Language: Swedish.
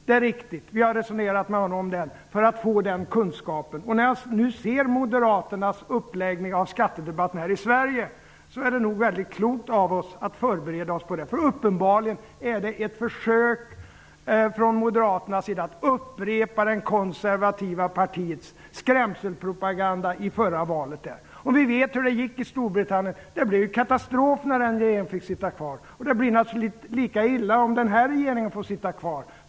Det är riktigt att vi resonerade med honom om detta för att få del av dessa hans kunskaper. När jag nu ser uppläggningen av moderaternas skattepolitik i Sverige finner jag också att det var klokt av oss att förbereda oss på detta sätt. Uppenbarligen är det ett försök från moderaternas sida att upprepa det konservativa partiets skrämselpropaganda i det förra valet. Vi vet hur det gick i Storbritannien. Det blev katastrof när den konservativa regeringen fick sitta kvar. Det går naturligtvis lika illa, om vår nuvarande regering får sitta kvar.